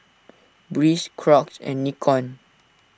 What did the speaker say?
Breeze Crocs and Nikon